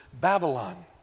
Babylon